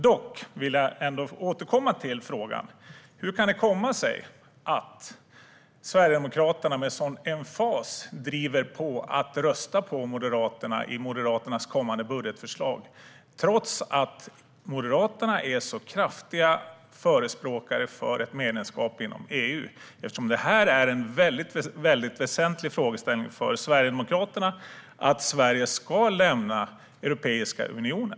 Jag vill återkomma till denna fråga: Hur kan det komma sig att Sverigedemokraterna med sådan emfas driver att rösta på Moderaternas kommande budgetförslag, trots att Moderaterna är kraftiga förespråkare av ett medlemskap i EU, när det är en väsentlig frågeställning för Sverigedemokraterna att Sverige ska lämna Europeiska unionen?